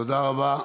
תודה רבה.